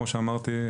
כמו שאמרתי,